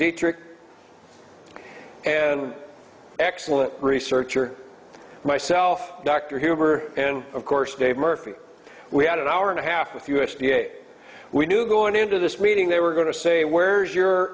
dietrich an excellent researcher myself dr huber and of course dave murphy we had an hour and a half with u s d a we knew going into this meeting they were going to say where's your